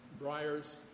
briars